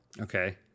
Okay